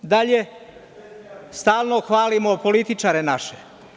Dalje, stalno hvalimo političare naše.